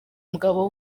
umugabo